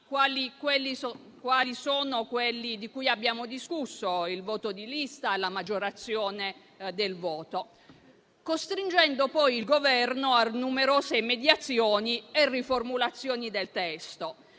quali sono quelli di cui abbiamo discusso (il voto di lista e la maggiorazione del voto), costringendo poi il Governo a numerose mediazioni e riformulazioni del testo.